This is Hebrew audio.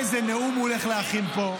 איזה נאום הוא הולך להכין פה.